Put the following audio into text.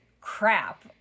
crap